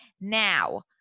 Now